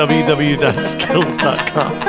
www.skills.com